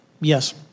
Yes